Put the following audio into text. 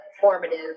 formative